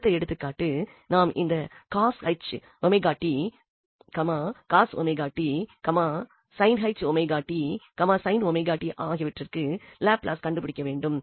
அடுத்த எடுத்துக்காட்டு நாம் இந்த ஆகியவற்றிக்கு லாப்லஸை கண்டுபிடிக்கவேண்டும்